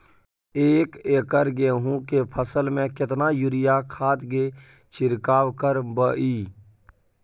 एक एकर गेहूँ के फसल में केतना यूरिया खाद के छिरकाव करबैई?